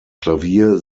klavier